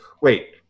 wait